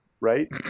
right